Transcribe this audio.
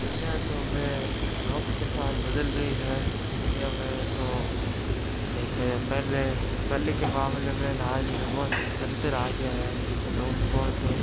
दुनिया तो वह वक़्त के साथ बदल रही है दुनिया में तो देखा जाए पहले पहले के मामले में और आज में बहुत अंतर आ गया है लोग बहुत